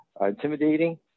intimidating